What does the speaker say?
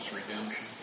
redemption